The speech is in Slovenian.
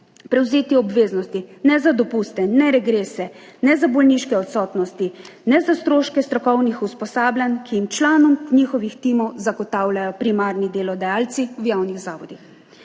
prevzeti obveznosti ne za dopuste ne za regrese ne za bolniške odsotnosti ne za stroške strokovnih usposabljanj, ki jih članom svojih timov zagotavljajo primarni delodajalci v javnih zavodih.